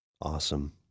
Awesome